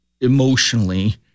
emotionally